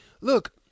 look